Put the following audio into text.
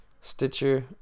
Stitcher